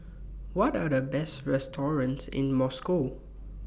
What Are The Best restaurants in Moscow